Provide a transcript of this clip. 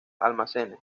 almacenes